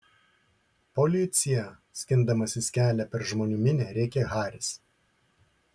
policija skindamasis kelią per žmonių minią rėkė haris